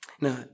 Now